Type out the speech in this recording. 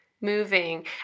moving